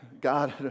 God